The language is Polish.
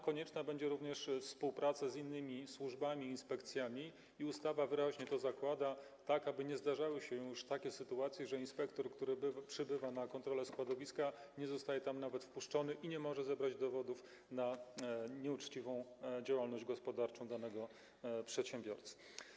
Konieczna będzie również współpraca z innymi służbami, inspekcjami - i ustawa wyraźnie to zakłada - tak aby nie zdarzały się już takie sytuacje, że inspektor, który przybywa w celu kontroli składowiska, nie zostaje tam nawet wpuszczony i nie może zebrać dowodów na nieuczciwą działalność gospodarczą danego przedsiębiorcy.